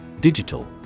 Digital